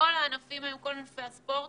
לכל ענפי הספורט